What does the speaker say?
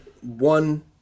one